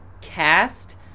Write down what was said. cast